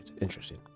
Interesting